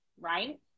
right